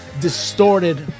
distorted